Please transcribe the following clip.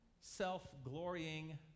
self-glorying